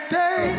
day